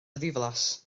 ddiflas